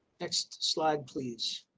next slide please.